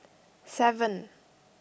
seven